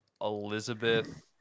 Elizabeth